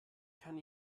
kann